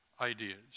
ideas